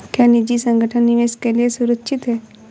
क्या निजी संगठन निवेश के लिए सुरक्षित हैं?